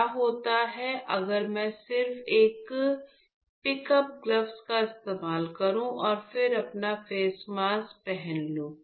क्या होता है अगर मैं सिर्फ पिक अप ग्लव्स का इस्तेमाल करूं और फिर अपना फेस मास्क पहन लूं